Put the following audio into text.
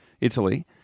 Italy